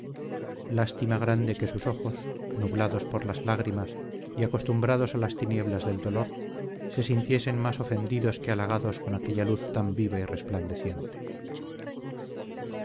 lástima grande que sus ojos nublados por las lágrimas y acostumbrados a las tinieblas del dolor se sintiesen más ofendidos que halagados con aquella luz tan viva y resplandeciente